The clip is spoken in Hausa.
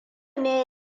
ne